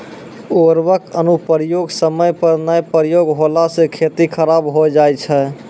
उर्वरक अनुप्रयोग समय पर नाय प्रयोग होला से खेती खराब हो जाय छै